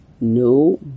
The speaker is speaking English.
no